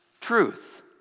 truth